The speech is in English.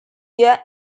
their